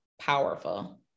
powerful